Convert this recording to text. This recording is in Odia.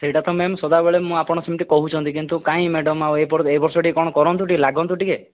ସେହିଟା ତ ମ୍ୟାମ ସଦାବେଳେ ମୁଁ ଆପଣ ସେମିତି କହୁଛନ୍ତି କିନ୍ତୁ କାହିଁ ମ୍ୟାଡ଼ାମ ଏ ବର୍ଷ ଟିକେ କ'ଣ କରନ୍ତୁ ଲଗାନ୍ତୁ ଟିକେ